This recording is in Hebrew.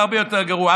והרבה יותר גרוע,